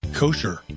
Kosher